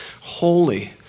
holy